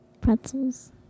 Pretzels